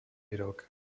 rok